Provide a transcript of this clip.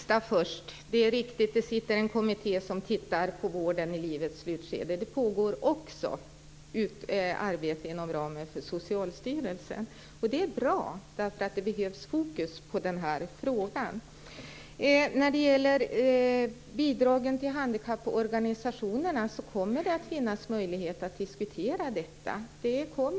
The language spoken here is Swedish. Fru talman! Det sista först: Det är riktigt att det är en kommitté som ser över vården i livets slutskede. Det pågår också ett arbete inom ramen för Socialstyrelsen, och det är bra. Man behöver sätta fokus på den här frågan. När det gäller bidrag till handikapporganisationerna kommer det att finnas möjlighet att diskutera dessa.